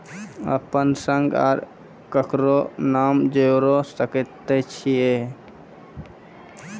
अपन संग आर ककरो नाम जोयर सकैत छी?